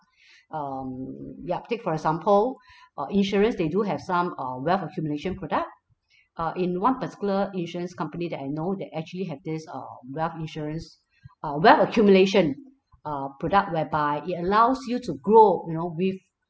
um yeah take for example uh insurance they do have some uh wealth accumulation product uh in one particular insurance company that I know they actually have this uh wealth insurance uh wealth accumulation uh product whereby it allows you to grow you know with